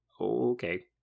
okay